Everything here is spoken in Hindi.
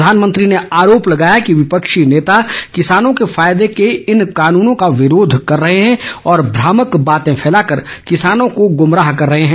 प्रधानमंत्री ने आरोप लगाया कि विपक्षी नेता किसानों के फायदे के इन कानूनों का विरोध कर रहे हैं और भ्रामक बाते फैलाकर किसानों को गुमराह कर रहे हैं